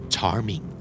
Charming